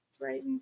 right